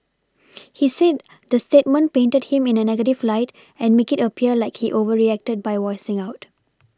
he said the statement painted him in a negative light and make it appear like he overreacted by voicing out